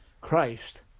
Christ